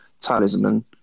talisman